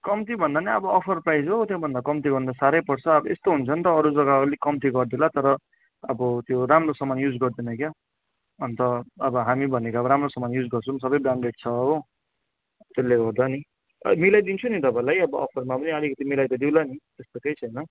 कम्ती भन्दा पनि अब अफर प्राइस हो त्योभन्दा त कम्ती गर्न त साह्रै पर्छ अब यस्तो हुन्छ नि त अरू जग्गा अलिक कम्ती गरिदेला तर अब त्यो राम्रो सामान युज गर्दैन क्या अन्त अब हामी भनेको राम्रो सामान युज गर्छौँ सबै ब्रान्डेड छ हो त्यसले गर्दा नि मिलाइदिन्छु नि तपाईँलाई अब अफरमा पनि अलिकति मिलाई त दिउँला नि त्यस्तो केही छैन